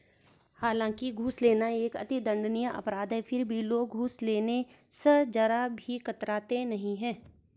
हालांकि घूस लेना एक अति दंडनीय अपराध है फिर भी लोग घूस लेने स जरा भी कतराते नहीं है